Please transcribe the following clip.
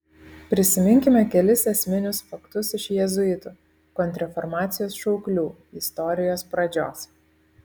prisiminkime kelis esminius faktus iš jėzuitų kontrreformacijos šauklių istorijos pradžios